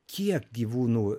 kiek gyvūnų